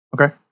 Okay